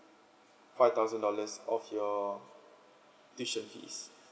five thousand dollars of your tuition fees